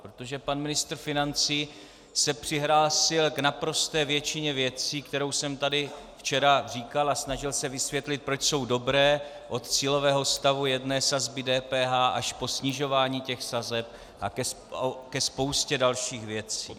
Protože pan ministr financí se přihlásil k naprosté většině věcí, které jsem tady včera říkal a snažil se vysvětlit, proč jsou dobré, od cílového stavu jedné sazby DPH až po snižování těch sazeb a ke spoustě dalších věcí.